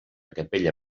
capella